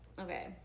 Okay